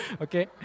Okay